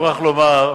אני מוכרח לומר,